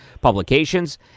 publications